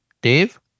Dave